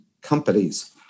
companies